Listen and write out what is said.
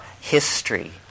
history